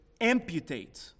amputate